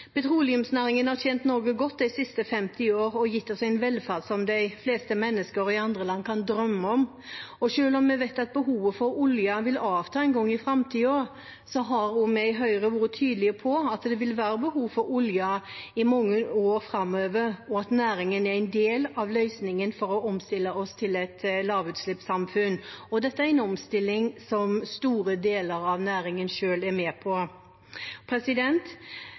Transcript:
Petroleumsnæringen har tjent Norge godt de siste 50 år og gitt oss en velferd som de fleste mennesker i andre land bare kan drømme om. Og selv om vi vet at behovet for olje vil avta en gang i framtiden, har også vi i Høyre vært tydelige på at det vil være behov for olje i mange år framover, og at næringen er en del av løsningen for å omstille oss til et lavutslippssamfunn. Det er en omstilling som store deler av næringen selv er med på.